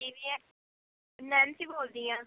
ਕਿਵੇਂ ਹੈ ਨੈਨਸੀ ਬੋਲ ਦੀ ਹਾਂ